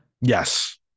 Yes